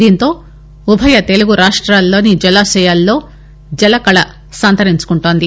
దీంతో ఉభయ తెలుగు రాష్మాలలోని జలాశయాల్లో జలకళ సంతరించుకోంటుంది